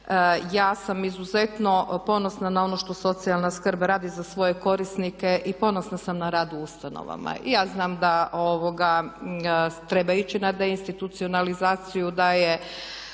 Ja sam izuzetno ponosna na ono što socijalna skrb radi za svoje korisnike i ponosna sam na rad u ustanovama. Ja znam da treba ići na deinstitucionalizaciju, da je